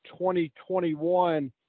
2021